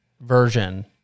version